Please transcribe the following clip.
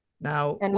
Now